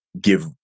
give